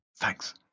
thanks